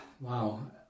wow